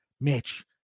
Mitch